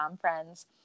friends